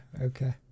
okay